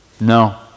No